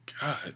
God